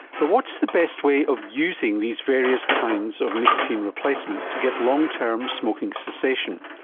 but what's the best way of using these various kinds of nicotine replacement to get long-term smoking cessation?